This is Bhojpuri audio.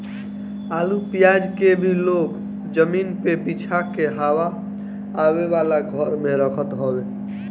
आलू पियाज के भी लोग जमीनी पे बिछा के हवा आवे वाला घर में रखत हवे